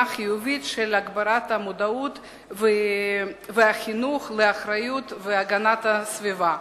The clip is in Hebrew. החיובית של הגברת המודעות והחינוך לאחריות והגנת הסביבה.